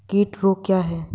कीट रोग क्या है?